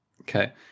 Okay